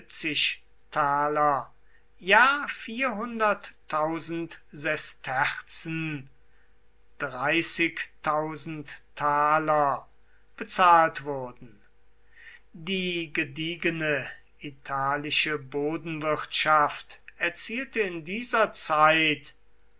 sesterzen bezahlt wurden die gediegene italische bodenwirtschaft erzielte in dieser zeit